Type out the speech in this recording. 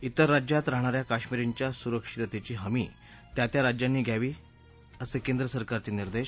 इतर राज्यांत राहणा या कश्मीरींच्या सुरक्षिततेची हमी त्या त्या राज्यांनी द्यावी असे केंद्र सरकारचे निर्देश